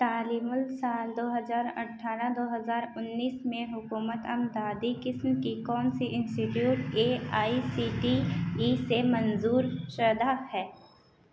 تعلیمی سال دو ہزار اٹھارہ دو ہزار انیس میں حکومت امدادی قسم کی کون سی institute A I C T E سے منظور شدہ ہے